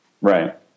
Right